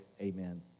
Amen